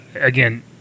again